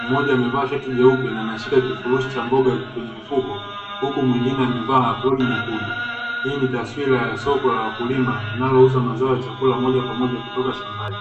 mmoja amevaa shati jeupe na anashika kifurushi cha mboga kwenye mfuko huku mwingine amevaa nyekundu, hii ni taswira ya soko la wakulima linalouza mazao ya chakula moja kwa moja kutoka shambani.